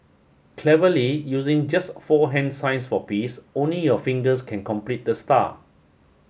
cleverly using just four hand signs for peace only your fingers can complete the star